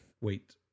wait